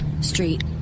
street